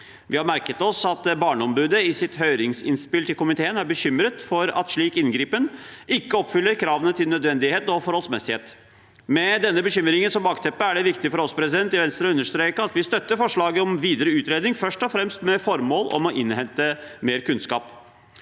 Vi har merket oss at Barneombudet i sitt høringsinnspill til komiteen er bekymret for at slik inngripen ikke oppfyller kravene til nødvendighet og forholdsmessighet. Med denne bekymringen som bakteppe er det viktig for oss i Venstre å understreke at vi støtter forslaget om videre utredning, først og fremst med formål om å innhente mer kunnskap.